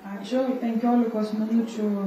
ačiū penkiolikos minučių